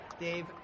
Dave